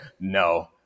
No